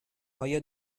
آیا